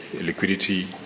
liquidity